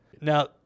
Now